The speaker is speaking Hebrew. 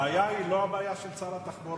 הבעיה היא לא הבעיה של שר התחבורה.